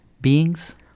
beings